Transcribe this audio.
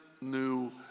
new